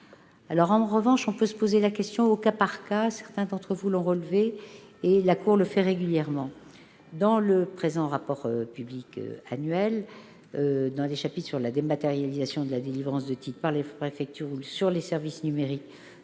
cartes. En revanche, on peut se poser la question au cas par cas- certains d'entre vous l'ont relevé -, ce que la Cour fait régulièrement, notamment dans le présent rapport public annuel, aux chapitres sur la dématérialisation de la délivrance de titres par les préfectures ou sur les services numériques